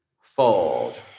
Fold